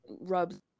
rubs